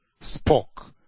spoke